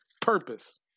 purpose